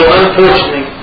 unfortunately